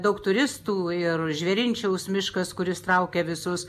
daug turistų ir žvėrinčiaus miškas kuris traukia visus